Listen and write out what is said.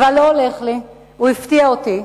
אבל לא הולך לי, הוא הפתיע אותי,